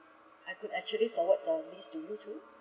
I could actually forward this to you too